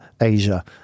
Asia